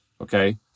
okay